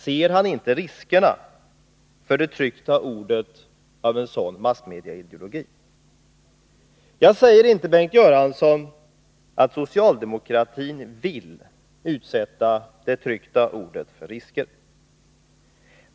Ser han inte riskerna för det tryckta ordet med en sådan massmedieideologi? Jag säger inte, Bengt Göransson, att socialdemokratin vill utsätta det tryckta ordet för risker.